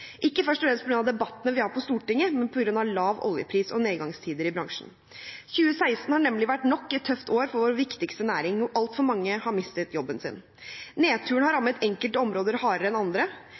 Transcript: ikke først og fremst på grunn av debattene vi har på Stortinget, men på grunn av lav oljepris og nedgangstider i bransjen. 2016 har nemlig vært nok et tøft år for vår viktigste næring, og altfor mange har mistet jobben sin. Nedturen har rammet enkelte områder hardere enn andre,